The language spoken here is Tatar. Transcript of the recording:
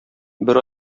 бер